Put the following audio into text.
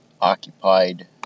occupied